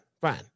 fine